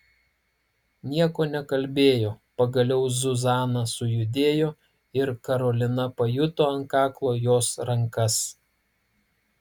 nieko nekalbėjo pagaliau zuzana sujudėjo ir karolina pajuto ant kaklo jos rankas